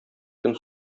көн